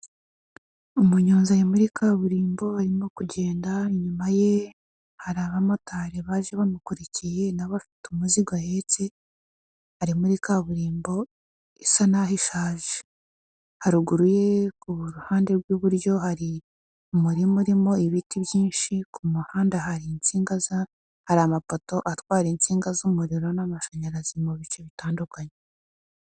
Umunyonzi ari muri kaburimbo arimo kugenda inyuma ye hari abamotari baje bamukurikiye nawe afite umuzigo ahetse, ari muri kaburimbo isa naho ishaje. Haruguru ye ku ruhande rw'iburyo hari umurima urimo ibiti byinshi, ku muhanda hari insinga hari amapoto atwara insinga z'umuriro n'amashanyarazi mu bice bitandukanye.